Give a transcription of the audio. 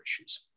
issues